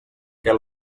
què